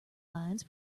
lines